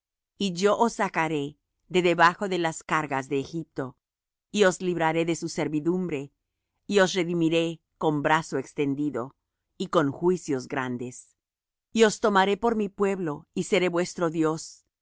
y yo os sacaré de debajo de las cargas de egipto y os libraré de su servidumbre y os redimiré con brazo extendido y con juicios grandes y os tomaré por mi pueblo y seré vuestro dios y